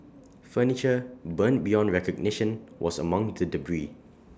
furniture burned beyond recognition was among the debris